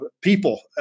people